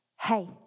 hey